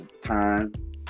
time